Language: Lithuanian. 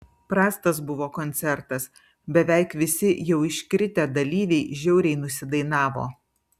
prastas buvo koncertas beveik visi jau iškritę dalyviai žiauriai nusidainavo